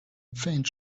faint